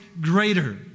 greater